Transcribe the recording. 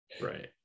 Right